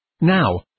Now